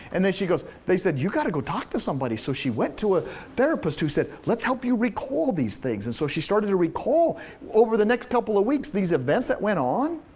and then she goes, they said you gotta go talk to somebody. so she went to a therapist who said, let's help you recall these things. and so she started to recall over the next couple of weeks, these events that went on.